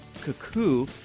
cuckoo